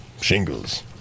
Shingles